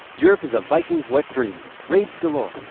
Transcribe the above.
europe is a viking's wet dream. raids galore.